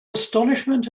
astonishment